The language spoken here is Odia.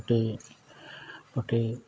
ଗୋଟେ ଗୋଟେ